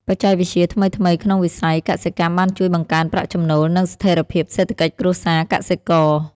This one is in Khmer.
បច្ចេកវិទ្យាថ្មីៗក្នុងវិស័យកសិកម្មបានជួយបង្កើនប្រាក់ចំណូល និងស្ថិរភាពសេដ្ឋកិច្ចគ្រួសារកសិករ។